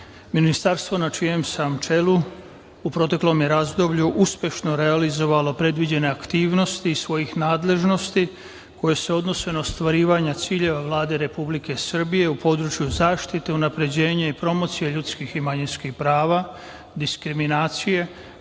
Ministarstvo na čijem sam čelu u proteklom je razdoblju uspešno realizovalo predviđene aktivnosti i svojih nadležnosti koje se odnose na ostvarivanje ciljeva Vlade Republike Srbije u području zaštite i unapređenje i promocija ljudskih i manjinskih prava, diskriminacije,